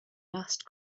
last